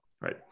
right